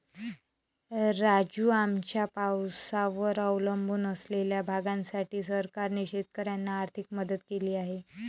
राजू, आमच्या पावसावर अवलंबून असलेल्या भागासाठी सरकारने शेतकऱ्यांना आर्थिक मदत केली आहे